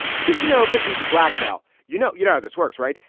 because, you know, victims of blackmail, you know. you know, this works, right?